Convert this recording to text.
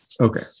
Okay